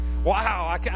Wow